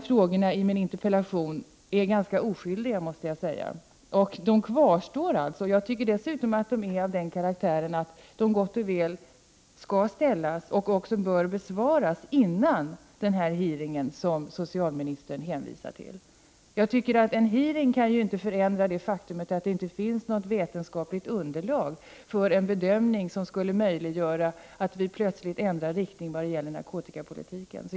Frågorna i min interpellation är ganska oskyldiga, måste jag säga, och de kvarstår alltså. Jag tycker dessutom att de är av den karaktären att de gott och väl skall ställas och även bör besvaras innan den hearing äger rum som socialministern hänvisar till. En hearing kan inte förändra det faktum att det inte finns något vetenskapligt underlag för en bedömning som skulle möjliggöra en plötsligt ändrad inriktning vad gäller narkotikapolitiken.